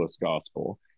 gospel